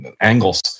angles